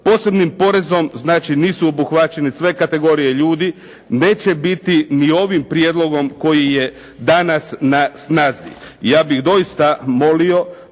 posebnim porezom znači nisu obuhvaćene sve kategorije ljudi, neće biti ni ovim prijedlogom koji je danas na snazi. Ja bih doista molio